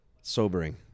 Sobering